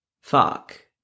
fuck